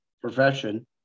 profession